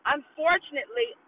Unfortunately